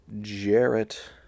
Jarrett